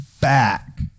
back